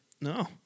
No